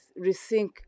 rethink